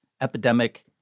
Epidemic